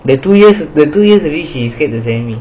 the two years two years already she scared to send me